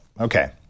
Okay